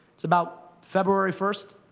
it's about february first.